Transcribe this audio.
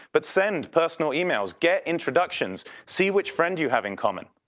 but send personal emails, get introductions, see which friend you have in common.